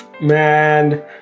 man